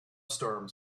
storms